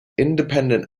independent